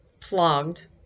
flogged